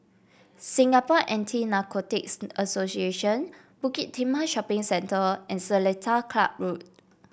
Singapore Anti Narcotics Association Bukit Timah Shopping Centre and Seletar Club Road